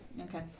Okay